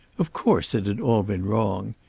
of course it had all been wrong.